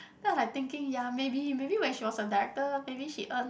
then I was like thinking ya maybe when she was a director maybe she earn